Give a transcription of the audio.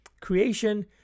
Creation